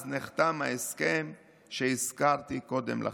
אז נחתם ההסכם שהזכרתי קודם לכן.